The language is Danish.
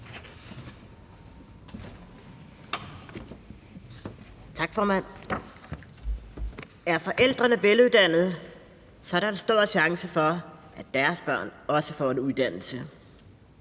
Tak, formand. Er forældrene veluddannede, er der en stor chance for, at deres børn også får en uddannelse.